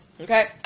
Okay